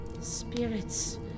Spirits